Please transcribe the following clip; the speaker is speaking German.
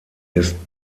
ist